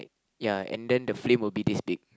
ya and then the flame would be this big